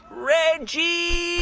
reggie